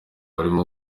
barimo